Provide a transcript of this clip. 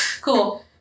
Cool